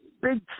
big